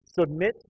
Submit